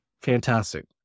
Fantastic